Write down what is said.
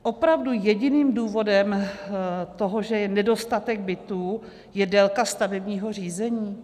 Opravdu jediným důvodem toho, že je nedostatek bytů, je délka stavebního řízení?